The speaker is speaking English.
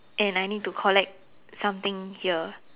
and I need to collect something here